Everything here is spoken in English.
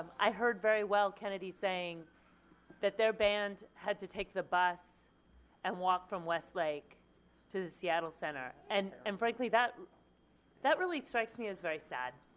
i heard very well kennadi saying that their band had to take the bus and walk from westlake to the seattle center. and um frankly that that really strikes me as very sad.